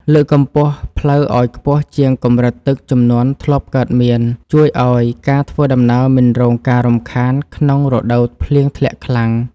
លើកកម្ពស់ផ្លូវឱ្យខ្ពស់ជាងកម្រិតទឹកជំនន់ធ្លាប់កើតមានជួយឱ្យការធ្វើដំណើរមិនរងការរំខានក្នុងរដូវភ្លៀងធ្លាក់ខ្លាំង។